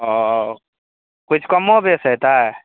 ओ किछु कमो बेस होयतै